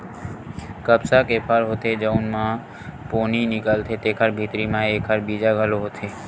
कपसा के फर होथे जउन म पोनी निकलथे तेखरे भीतरी म एखर बीजा घलो होथे